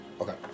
Okay